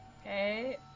Okay